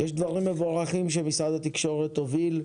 יש דברים מבורכים שמשרד התקשורת הוביל,